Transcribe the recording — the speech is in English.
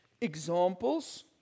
Examples